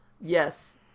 Yes